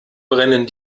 brennen